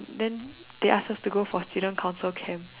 then they asked us to go for student council camp